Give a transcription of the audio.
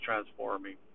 transforming